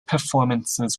performances